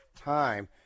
time